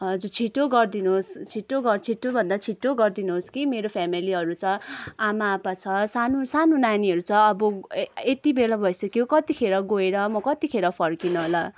हजुर छिट्टो गरिदिनुहोस् छिट्टो गर् छिट्टोभन्दा छिट्टो गरिदिनुहोस् कि मेरो फेमिलीहरू छ आमाआप्पा छ सानो सानो नानीहरू छ अब यति बेला भइसक्यो कतिखेर गएर म कतिखेर फर्किनु होला